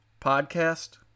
podcast